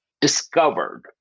discovered